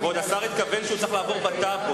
כבוד השר התכוון שהוא צריך לעבור בטאבו,